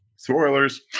Spoilers